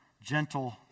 gentle